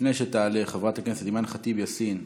לפני שתעלה חברת הכנסת אימאן ח'טיב יאסין,